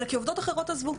אלא כי עובדות אחרות עזבו.